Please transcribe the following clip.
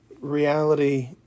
reality